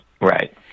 right